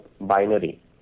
binary